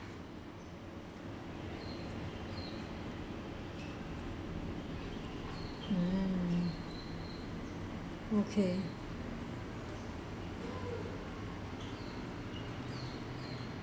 mm okay